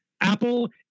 Apple